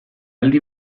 aldi